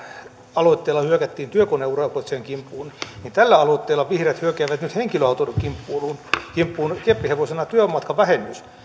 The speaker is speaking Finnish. aloitteella hyökättiin työkoneurakoitsijan kimppuun niin tällä aloitteella vihreät hyökkäävät nyt henkilöautoilun kimppuun kimppuun keppihevosena työmatkavähennys